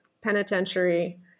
penitentiary